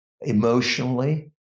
emotionally